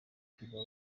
cuba